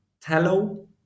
tallow